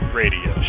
radio